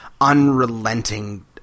unrelenting